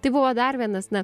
tai buvo dar vienas net